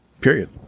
Period